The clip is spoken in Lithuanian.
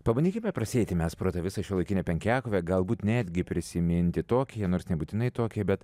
pabandykime prasieiti mes pro tą visą šiuolaikinę penkiakovę galbūt netgi prisiminti tokiją nors nebūtinai tokiją bet